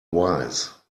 wise